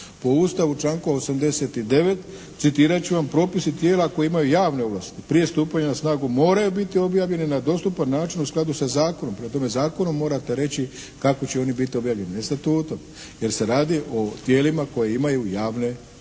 Po Ustavu članka 89. citirat ću vam: "Propisi tijela koji imaju javne ovlasti prije stupanja na snagu moraju biti objavljeni na dostupan način u skladu sa zakonom. Prema tome zakonom morate reći kako će oni biti objavljeni. Ne statutom. Jer se radi o tijelima koja imaju javne, javne